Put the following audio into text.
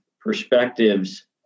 perspectives